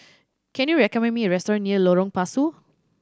can you recommend me a restaurant near Lorong Pasu